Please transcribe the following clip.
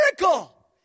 miracle